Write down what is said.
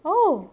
oh